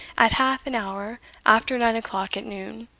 at half an hour after nine o'clock at noon,